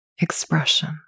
expression